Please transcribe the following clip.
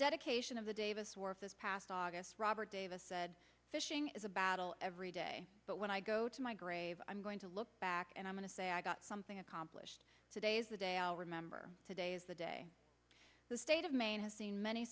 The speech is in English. dedication of the davis work this past august robert davis said fishing is a battle every day but when i go to my grave i'm going to look back and i'm going to say i got something accomplished today's the day i'll remember today is the day the state of maine has seen many